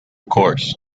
course